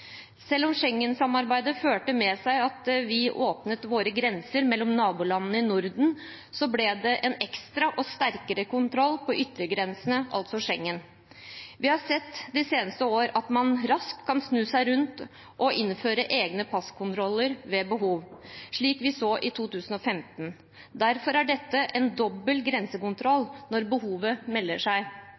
Selv om Schengen-samarbeidet førte med seg at grensene mellom nabolandene i Norden ble åpnet, ble det en ekstra og sterkere kontroll ved yttergrensene, altså Schengen. Vi har sett de seneste år at man raskt kan snu seg rundt og innføre egne passkontroller ved behov, slik vi så i 2015. Derfor er dette en dobbel grensekontroll, når behovet melder seg.